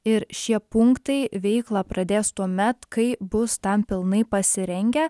ir šie punktai veiklą pradės tuomet kai bus tam pilnai pasirengę